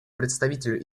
представителю